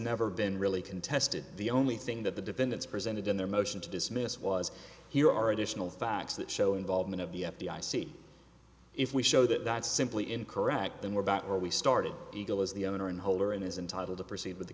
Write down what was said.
never been really contested the only thing that the defendants presented in their motion to dismiss was here are additional facts that show involvement of the f b i see if we show that that's simply incorrect then we're back where we started you go as the owner in whole or in is entitled to proceed with the